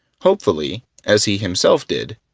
hopefully, as he himself did,